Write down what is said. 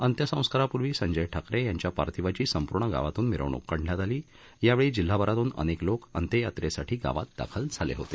अंत्यसंस्कारापूर्वी संजय ठाकरे यांच्या पार्थिवाची संपूर्ण गावातून मिखणूक काढण्यात आली या वेळी जिल्हाभरातून अनेक लोक अंत्ययात्रेसाठी गावात दाखल झाले होते